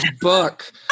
book